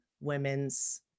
women's